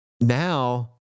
Now